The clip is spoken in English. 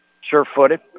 sure-footed